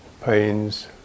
pains